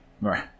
Right